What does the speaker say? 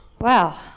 Wow